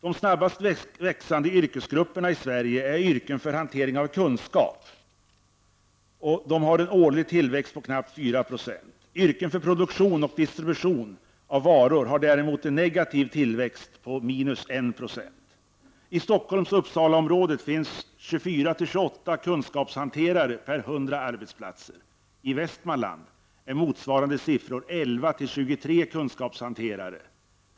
De snabbast växande yrkesgrupperna i Sverige är yrken för hantering av kunskap, som har en årlig tillväxt på knappt 4 96. Yrken för produktion och distribution av varor har däremot en negativ tillväxt på knappt 1 96. I Stockholm-Uppsala-området finns 24-28 kunskapshanterare per 100 arbetsplatser. I Västmanland är motsvarande siffror 11-23 kunskapshanterare per 100 arbetsplatser.